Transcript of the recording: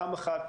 פעם אחת,